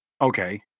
Okay